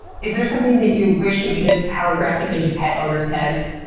is there something that you wish you could just telegraph it into pet owners' heads?